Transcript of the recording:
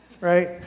right